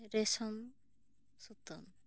ᱨᱮᱥᱚᱢ ᱥᱩᱛᱟᱹᱢ